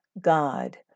God